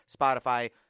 Spotify